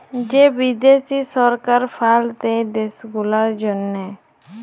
যে বিদ্যাশি সরকার ফাল্ড দেয় দ্যাশ গুলার জ্যনহে